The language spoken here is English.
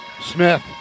Smith